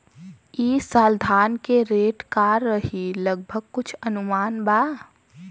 ई साल धान के रेट का रही लगभग कुछ अनुमान बा?